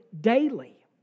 daily